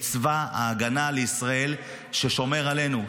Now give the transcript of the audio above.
את צבא ההגנה לישראל ששומר עלינו,